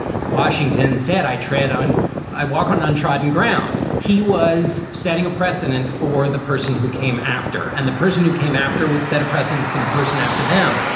washington said i tread on i walk on untrodden ground. he was setting a precedent for the person who came after and the person who came after would set a precedent for the person after them.